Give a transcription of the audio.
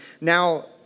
now